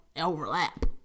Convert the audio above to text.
overlap